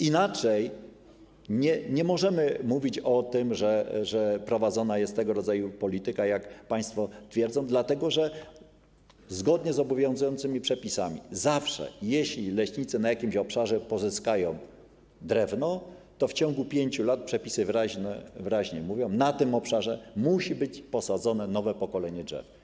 Inaczej nie możemy mówić o tym, że prowadzona jest tego rodzaju polityka, jak państwo twierdzą, dlatego że zgodnie z obowiązującymi przepisami zawsze wtedy, gdy leśnicy na jakimś obszarze pozyskają drewno, to w ciągu 5 lat - przepisy wyraźnie to mówią - na tym obszarze musi być posadzone nowe pokolenie drzew.